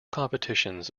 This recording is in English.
competitions